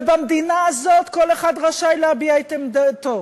ובמדינה הזאת כל אחד רשאי להביע את עמדתו,